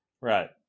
Right